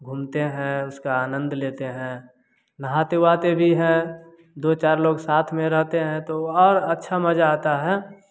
घूमते हैं उसका आनंद लेते हैं नहाते वहाते भी हैं दो चार लोग साथ में रहते हैं तो और अच्छा मज़ा आता है